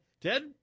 Ted